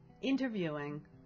interviewing